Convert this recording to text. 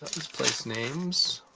was place names.